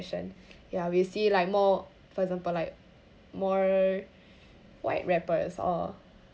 ya we see like more for example like more white rappers or